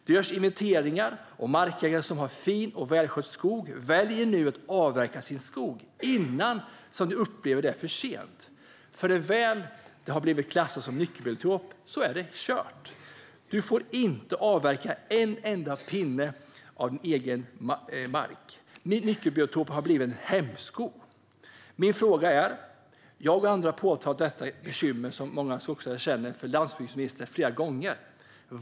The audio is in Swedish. Det görs inventeringar, och markägare som har fin och välskött skog väljer nu att avverka den innan det - så som de upplever det - är för sent. För när marken väl har blivit klassad som nyckelbiotop är det kört. Man får inte avverka en enda pinne av den egna marken. Nyckelbiotoper har blivit en hämsko. Jag och andra har flera gånger påtalat detta bekymmer, som många skogsägare känner, för landsbygdsministern.